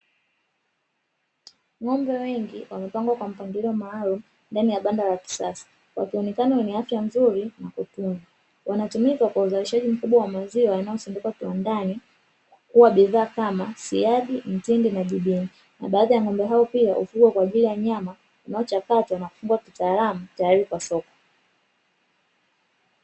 Ng'ombe wengi wamepangwa kwa mpangilio maalumu ndani ya banda la kisasa, wakionekana wenye afya nzuri na kutunzwa. Wanatumika kwa uzalishaji mkubwa wa maziwa, yanayosindikwa kiwandani kuwa bidhaa kama siagi, mtindi na jibini. Na baadhi ya ng'ombe hao pia hufugwa kwa ajili ya nyama, inayochakatwa na kufungwa kitaalamu tayari kwa soko.